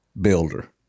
builder